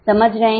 समझ रहे हैं